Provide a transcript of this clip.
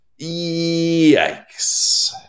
Yikes